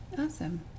awesome